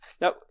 Now